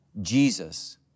Jesus